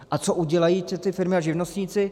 A co udělají ty firmy a živnostníci?